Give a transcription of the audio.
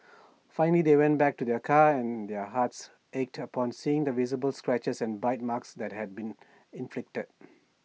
finally they went back to their car and their hearts ached upon seeing the visible scratches and bite marks that had been inflicted